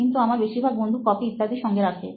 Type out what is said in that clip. কিন্তু আমার বেশিরভাগ বন্ধু কপি ইত্যাদি সঙ্গে রাখে